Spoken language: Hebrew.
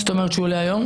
זאת אומרת שהוא להיום?